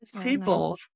people